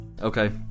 Okay